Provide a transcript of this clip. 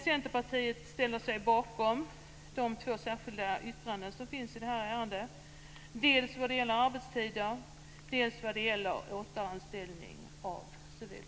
Centerpartiet ställer sig bakom de två särskilda yttranden som finns i detta ärende, dels när det gäller arbetstiden, dels när det gäller återanställning av civil personal.